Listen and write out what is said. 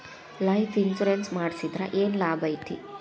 Life insurance ಮಾಡ್ಸಿದ್ರ ಏನ್ ಲಾಭೈತಿ?